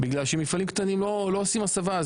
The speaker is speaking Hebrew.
בגלל שמפעלים קטנים לא עושים הסבה.